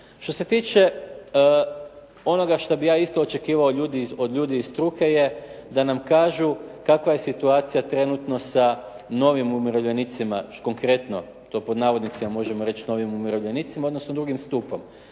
Što se tiče onoga što bih ja isto očekivao od ljudi iz struke je da nam kažu kakva je situacija trenutno sa novim umirovljenicima. Konkretno, to pod navodnicima možemo reći novim umirovljenicima odnosno drugim stupom.